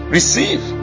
Receive